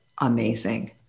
amazing